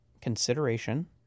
consideration